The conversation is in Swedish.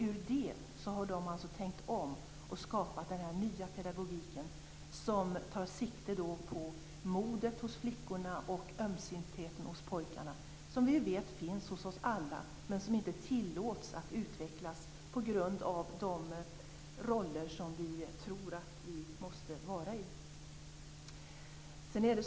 Ur detta har de alltså tänkt om och skapat en ny pedagogik som tar sikte på modet hos flickorna och ömsintheten hos pojkarna. Det är något som vi ju vet finns hos oss alla men som inte tillåts att utvecklas på grund av de roller som vi tror att vi måste vara i.